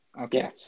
Okay